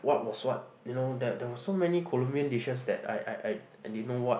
what was what you know that there was so many Columbian dishes that I I I I didn't know what